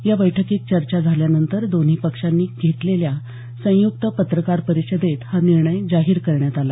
या बैठकीत चर्चा झाल्यानंतर दोन्ही पक्षांनी घेतलेल्या संयुक्त पत्रकार परिषदेत हा निर्णय जाहीर करण्यात आला